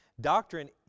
Doctrine